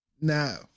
Now